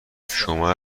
شما